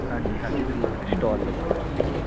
ਹਾਂਜੀ ਹਾਂਜੀ ਜਿਵੇਂ ਮਤਲਬ ਬਈ ਸਟੋਲ ਲਵਾਉਣਾ ਤੁਸੀਂ